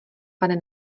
pane